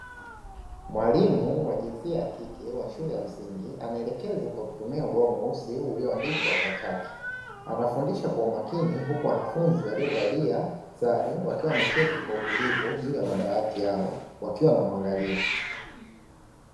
Mwalimu wa jinsia ya kike wa shule ya msingi, anaelekeza kwa kutumia ubao mweusi ulioandikwa kwa chaki, anafundisha kwa umakini huku wanafunzi waliovalia sare wakiwa wameketi kwa utulivu juu ya madawati yao wakiwa wanamwangalia.